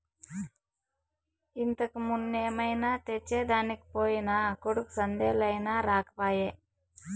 ఇంతకుమున్నే మైదా తెచ్చెదనికి పోయిన కొడుకు సందేలయినా రాకపోయే